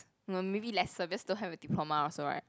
m~ maybe lesser because don't have a diploma also right